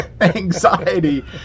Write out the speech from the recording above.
Anxiety